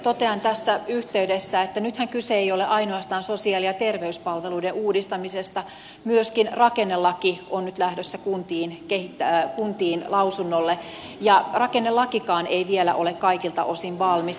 totean tässä yhteydessä että nythän kyse ei ole ainoastaan sosiaali ja terveyspalveluiden uudistamisesta myöskin rakennelaki on nyt lähdössä kuntiin lausunnolle ja rakennelakikaan ei ole vielä kaikilta osin valmis